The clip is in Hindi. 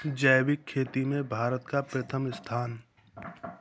जैविक खेती में भारत का प्रथम स्थान